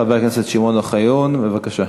חבר הכנסת שמעון אוחיון, בבקשה.